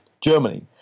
Germany